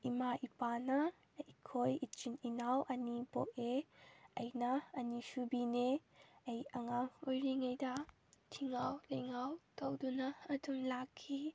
ꯏꯃꯥ ꯏꯄꯥꯅ ꯑꯩꯈꯣꯏ ꯏꯆꯤꯟ ꯏꯅꯥꯎ ꯑꯅꯤ ꯄꯣꯛꯏ ꯑꯩꯅ ꯑꯅꯤ ꯁꯨꯕꯤꯅꯦ ꯑꯩ ꯑꯉꯥꯡ ꯑꯣꯏꯔꯤꯉꯩꯗ ꯊꯤꯉꯥꯎ ꯂꯤꯉꯥꯎ ꯇꯧꯗꯨꯅ ꯑꯗꯨꯝ ꯂꯥꯛꯈꯤ